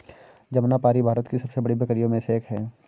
जमनापारी भारत की सबसे बड़ी बकरियों में से एक है